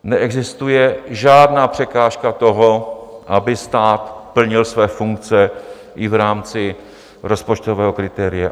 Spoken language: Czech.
Neexistuje žádná překážka toho, aby stát plnil své funkce i v rámci rozpočtového kritéria.